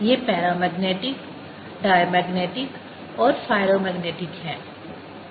ये paramagnetic diamagnetic और ferromagnetic हैं